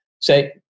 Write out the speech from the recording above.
Say